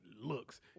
looks